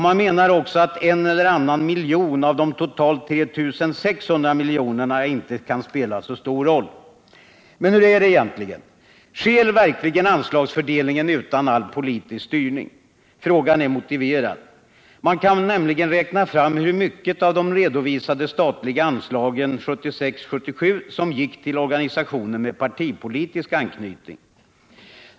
Man menar också att en eller annan miljon av de totalt 3 600 miljonerna inte kan spela så stor roll. Men hur är det egentligen? Sker verkligen anslagsfördelningen utan all politisk styrning? Frågan är motiverad. Man kan nämligen räkna fram hur mycket av de redovisade statliga anslagen 1976/77 som gick till organisationer med partipolitisk anknytning.